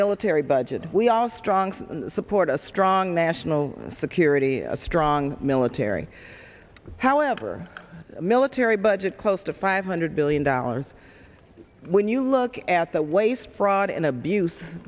military budget we all strong support a strong national security a strong military however military budget close to five hundred billion dollars when you look at the waste fraud and abuse